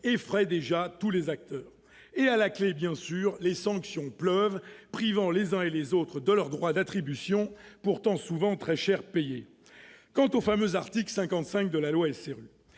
effraie déjà tous les acteurs. À la clef, bien sûr, les sanctions pleuvent, privant les uns et les autres de leurs droits d'attribution pourtant souvent très chers payés ! Quant au fameux article 55 de la loi SRU,